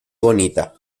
bonita